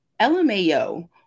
LMAO